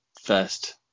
first